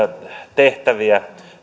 tehtäviä